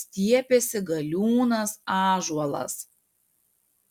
stiepėsi galiūnas ąžuolas